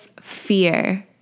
fear